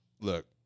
look